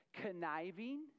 conniving